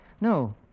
No